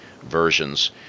versions